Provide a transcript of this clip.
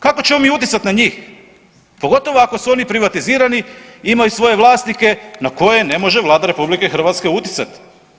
Kako ćemo mi utjecati na njih pogotovo ako su oni privatizirani i imaju svoje vlasnike na koje ne može Vlada RH utjecati.